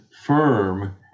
firm